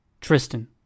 Tristan